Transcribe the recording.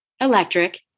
electric